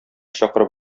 чакырып